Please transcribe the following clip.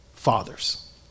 fathers